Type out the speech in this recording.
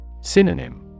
Synonym